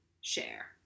share